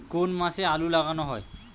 কোন মাসে আলু লাগানো হয়?